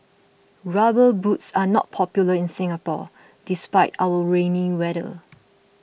rubber boots are not popular in Singapore despite our rainy weather